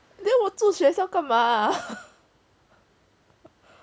then 我住学校干嘛